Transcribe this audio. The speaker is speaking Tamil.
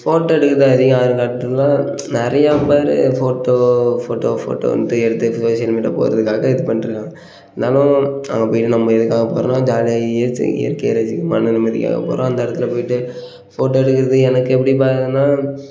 ஃபோட்டோ எடுக்கிறது அதிகம் ஆர்வம் காட்டுறதுலாம் நிறையா பேர் ஃபோட்டோ ஃபோட்டோ ஃபோட்டோன்ட்டு எடுத்து சோஷியல் மீடியா போடுறதுக்காக இது பண்ணிட்டு இருக்காங்கள் இருந்தாலும் அங்கே போய்ட்டு நம்ம எதுக்காக போகிறோன்னா ஜாலியாக இயற்சை இயற்கையை ரசிக்க மன நிம்மதிக்காகப் போகிறோம் அந்த இடத்துல போய்ட்டு ஃபோட்டோ எடுக்குறது எனக்கு எப்படி பார்த்தின்னா